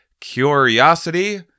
curiosity